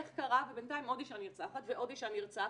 איך קרה ובינתיים עוד אישה נרצחת ועוד אישה נרצחת.